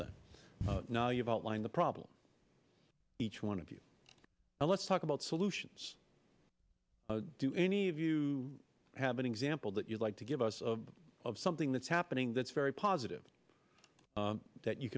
that now you've outlined the problem each one of you let's talk about solutions do any of you have an example that you'd like to give us of something that's happening that's very positive that you